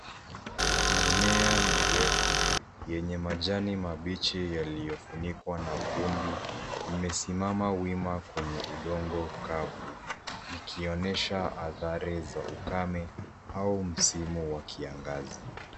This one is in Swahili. Mimea mirefu yenye majani mabichi yaliyofunikwa na vumbi imesimama wima kwenye udongo kavu ikionyesha adhari za ukame au msimu wa kiangazi.